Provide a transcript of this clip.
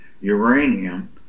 uranium